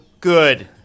good